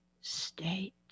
state